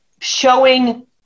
showing